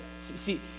See